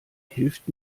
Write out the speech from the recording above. hilft